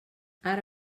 ara